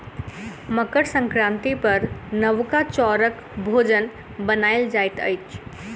मकर संक्रांति पर नबका चौरक भोजन बनायल जाइत अछि